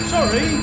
Sorry